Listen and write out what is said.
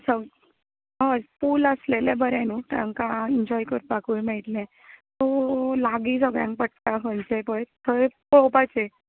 संक हय पूल आसलेलें बरें न्हू तांकां एन्जोय करपाकूय मेळटलें सो लागीं सगळ्यांक पडटा खंयचें पळय तें पळोवपाचें